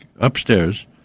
upstairs